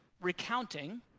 recounting